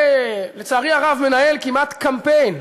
שלצערי הרב מנהל כמעט קמפיין,